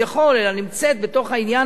נמצאת בתוך העניין הזה,